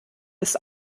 ist